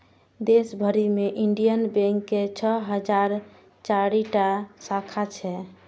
देश भरि मे इंडियन बैंक के छह हजार चारि टा शाखा छै